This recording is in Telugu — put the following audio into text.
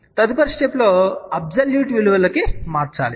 కాబట్టి తదుపరి స్టెప్ లో అబ్సొల్యూట్ విలువలకు మార్చు తాము